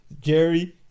Jerry